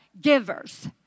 givers